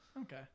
Okay